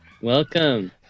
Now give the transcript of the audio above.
Welcome